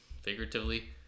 figuratively